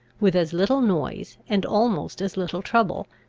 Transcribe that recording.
with as little noise, and almost as little trouble,